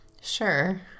sure